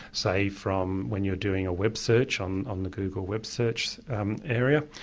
say from when you're doing a web search on on the google web search area,